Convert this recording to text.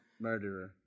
murderer